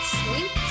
sweet